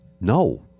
No